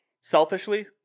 selfishly